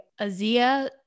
Azia